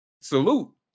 salute